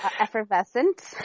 effervescent